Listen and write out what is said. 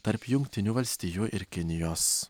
tarp jungtinių valstijų ir kinijos